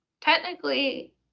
technically